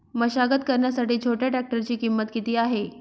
मशागत करण्यासाठी छोट्या ट्रॅक्टरची किंमत किती आहे?